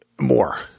more